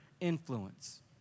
influence